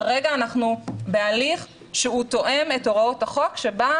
כרגע אנחנו בהליך שהוא תואם את הוראות החוק שבא